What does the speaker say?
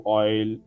oil